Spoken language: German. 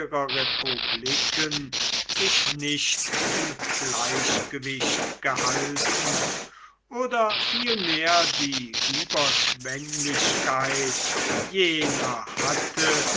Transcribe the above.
republiken sich nicht im gleichgewicht gehalten oder vielmehr die überschwenglichkeit jener hatte